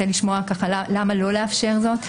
למה לא לאפשר זאת?